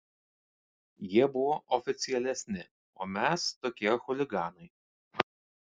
jie buvo oficialesni o mes tokie chuliganai